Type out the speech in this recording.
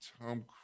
tom